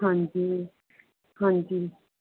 ਹਾਂਜੀ ਹਾਂਜੀ